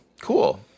Cool